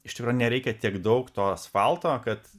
iš tikro nereikia tiek daug to asfalto kad